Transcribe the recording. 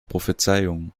prophezeiung